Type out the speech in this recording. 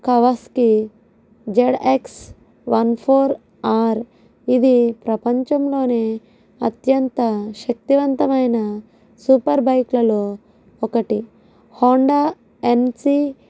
Kawasaki ZX one four R ఇది ప్రపంచంలోనే అత్యంత శక్తివంతమైన సూపర్ బైక్ లలో ఒకటి హోండా ఎన్సి